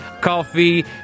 coffee